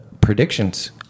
predictions